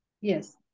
Yes